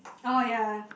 oh yeah